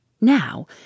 Now